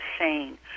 insane